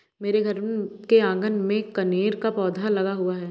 मेरे घर के आँगन में कनेर का पौधा लगा हुआ है